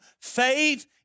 faith